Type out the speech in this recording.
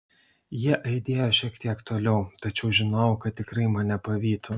jie aidėjo šiek tiek toliau tačiau žinojau kad tikrai mane pavytų